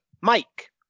Mike